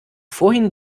vorhin